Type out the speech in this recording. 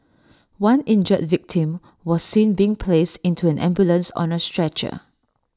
one injured victim was seen being placed into an ambulance on A stretcher